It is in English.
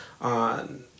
on